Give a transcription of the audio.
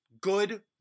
good